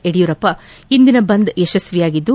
ಯಡಿಯೂರಪ್ಪ ಇಂದಿನ ಬಂದ್ ಯಶಸ್ತಿಯಾಗಿದ್ದು